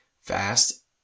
fast